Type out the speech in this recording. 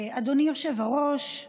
אדוני היושב-ראש,